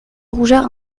rougeur